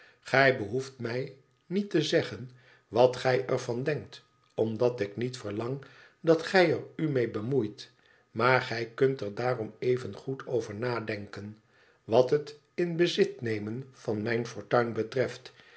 gij behoeft mij niet te zeggen wat gij er van denkt omdat ik niet verlang dat gij er u mee bemoeit maar gij kunt er daarom evengoed over nadenken wat het m bezit nemen van mijn fortuin betreft